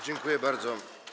Dziękuję bardzo.